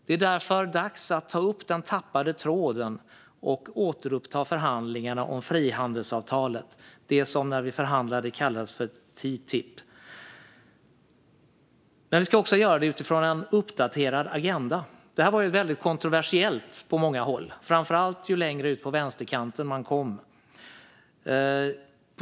Det är därför dags att ta upp den tappade tråden och återuppta förhandlingarna om frihandelsavtalet, det som när vi förhandlade det kallades TTIP. Men vi ska göra det utifrån en uppdaterad agenda. TTIP var kontroversiellt på många håll, framför allt ju längre ut på vänsterkanten man kom.